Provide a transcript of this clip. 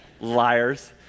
Liars